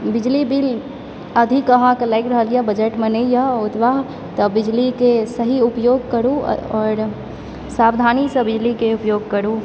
बिजली बिल अधिक अहाँकेँ लागि रहल यऽ बजटमे नहि यऽ ओतबा तऽ बिजलीके सही उपयोग करु आओर सावधानीसँ बिजलीके उपयोग करु